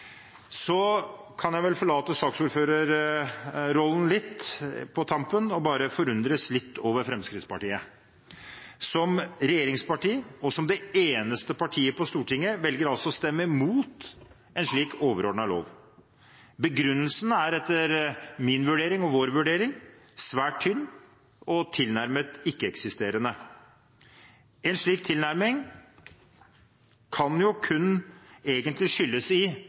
Så kan jeg vel forlate saksordførerrollen litt på tampen og bare forundres litt over Fremskrittspartiet. Som regjeringsparti – og som det eneste partiet på Stortinget – velger de å stemme imot en slik overordnet lov. Begrunnelsen er, etter min og vår vurdering, svært tynn og tilnærmet ikke-eksisterende. En slik tilnærming kan egentlig kun skyldes at klimaskeptikerne i